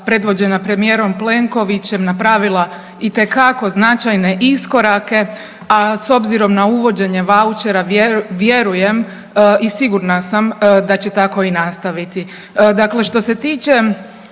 premijerom Plenkovićem napravila itekako značajne iskorake, a s obzirom na uvođenje vouchera vjerujem i sigurna sam da će tako i nastaviti. Dakle, što se tiče